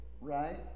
right